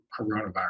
coronavirus